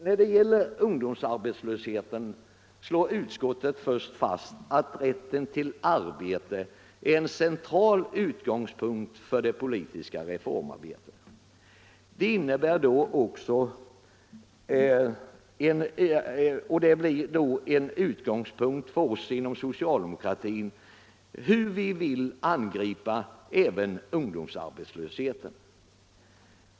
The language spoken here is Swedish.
När det gäller ungdomsarbetslösheten slår utskottet först fast att rätten till arbete är en central utgångspunkt för det politiska reformarbetet. Det är också en utgångspunkt för oss inom socialdemokratin när vi vill angripa ungdomsarbetslösheten.